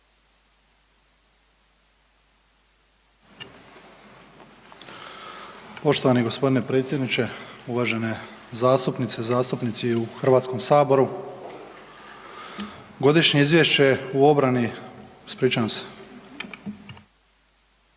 Poštovani g. predsjedniče, uvažene zastupnice i zastupnici u Hrvatskome saboru. Godišnje izvješće o obrani, ispričavam se.